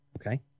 Okay